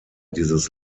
dieses